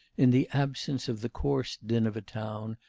in the absence of the coarse din of a town,